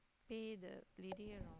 pay the lady around